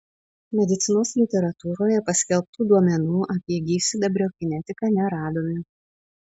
medicinos literatūroje paskelbtų duomenų apie gyvsidabrio kinetiką neradome